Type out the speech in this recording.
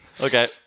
Okay